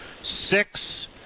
six